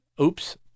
Oops